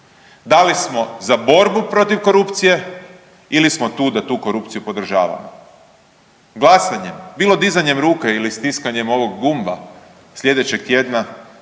da li smo za borbu protiv korupcije ili smo tu da tu korupciju podržavamo. Glasanjem bilo dizanjem ruke ili stiskanjem ovog gumba slijedećeg tjedna